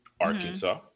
Arkansas